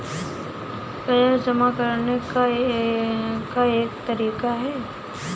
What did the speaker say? क्या यह जमा करने का एक तरीका है?